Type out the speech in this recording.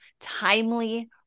timely